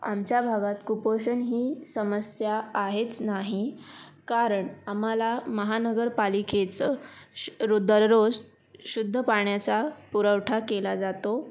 आमच्या भागात कुपोषण ही समस्या आहेच नाही कारण आम्हाला महानगरपालिकेचं श दररोज शुद्ध पाण्याचा पुरवठा केला जातो